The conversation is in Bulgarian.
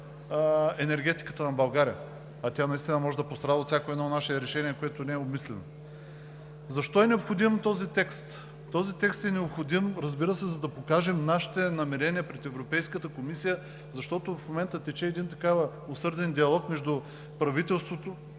енергетиката на България, а тя наистина може да пострада от всяко едно наше решение, което не е обмислено. Защо е необходим този текст? Този текст е необходим, разбира се, за да покажем нашите намерения пред Европейската комисия, защото в момента тече усърден диалог между Министерството